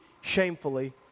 shamefully